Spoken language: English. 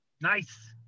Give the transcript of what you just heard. Nice